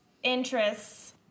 interests